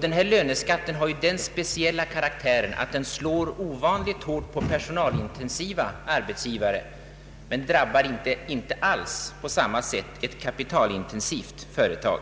Denna löneskatt är av den speciella karaktären att den slår ovanligt hårt på personalintensiva arbetsgivare men inte alls på samma sätt drabbar ett kapitalintensivt företag.